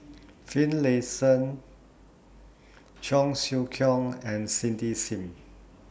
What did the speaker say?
Finlayson Cheong Siew Keong and Cindy SIM